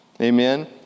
Amen